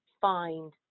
find